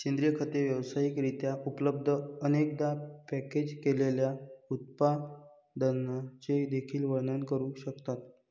सेंद्रिय खते व्यावसायिक रित्या उपलब्ध, अनेकदा पॅकेज केलेल्या उत्पादनांचे देखील वर्णन करू शकतात